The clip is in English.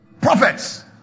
Prophets